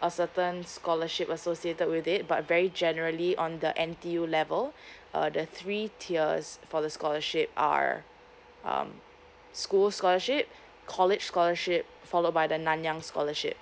a certain scholarship associated with it but very generally on the N_T_U level uh the three tiers for the scholarship err um school scholarship college scholarship followed by the nanyang scholarship